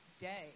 day